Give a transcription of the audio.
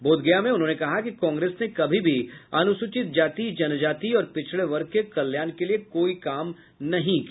बोधगया में उन्होंने कहा कि कांग्रेस ने कभी भी अनुसूचित जाति जनजाति और पिछड़े वर्ग के कल्याण के लिए कोई भी काम नहीं किया